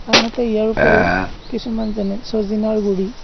আনহাতে ইয়াৰ উপৰিও কিছুমান যেনে চজিনাৰ গুৰি